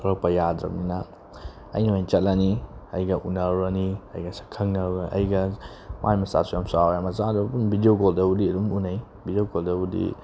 ꯊꯣꯛꯂꯛꯄ ꯌꯥꯗ꯭ꯔꯕꯅꯤꯅ ꯑꯩꯅ ꯑꯣꯏ ꯆꯠꯂꯅꯤ ꯑꯩꯒ ꯎꯅꯔꯨꯔꯅꯤ ꯑꯩꯒ ꯁꯛ ꯑꯩꯒ ꯃꯥꯏ ꯃꯆꯥꯁꯨ ꯌꯥꯝ ꯆꯥꯎꯔꯦ ꯃꯆꯥꯗꯣ ꯑꯗꯨꯝ ꯚꯤꯗꯤꯑꯣ ꯀꯣꯜꯗꯕꯨꯗꯤ ꯑꯗꯨꯝ ꯎꯅꯩ ꯚꯤꯗꯤꯑꯣ ꯀꯣꯜꯗꯕꯨꯗꯤ